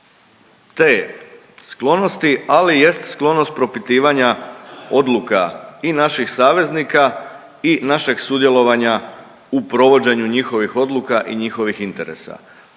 te sklonosti, ali jest sklonost propitivanja odluka i naših saveznika i našeg sudjelovanja u provođenju njihovih odluka i njihovih interesa.